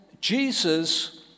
Jesus